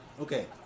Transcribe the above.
Okay